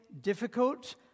difficult